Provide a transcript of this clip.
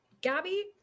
Gabby